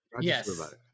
Yes